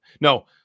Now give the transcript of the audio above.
No